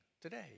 today